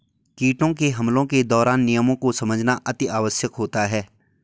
कीटों के हमलों के दौरान नियमों को समझना अति आवश्यक होता है